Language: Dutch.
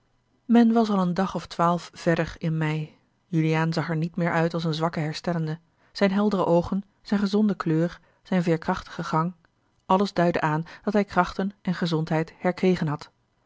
men was al een dag of twaalf verder in mei juliaan zag er niet meer uit als een zwakke herstellende zijne heldere oogen zijne gezonde kleur zijne veêrkrachtige gang alles duidde aan dat hij krachten en gezondheid herkregen had